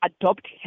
adopt